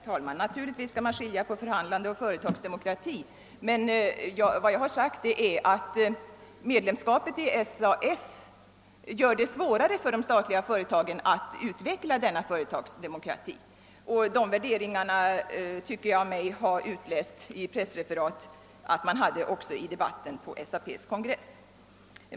Herr talman! Naturligtvis skall man skilja på förhandlingsverksamhet och företagsdemokrati. Vad jag sagt är emellertid att medlemskapet i SAF försvårar för de statliga företagen att utveckla företagsdemokratin, och jag har av pressreferaten från SAP:s kongress tyckt mig kunna utläsa att sådana värderingar där kom till uttryck.